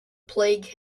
plague